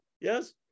Yes